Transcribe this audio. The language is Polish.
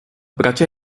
bracia